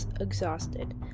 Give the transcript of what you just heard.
exhausted